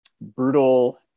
brutal